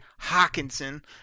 Hawkinson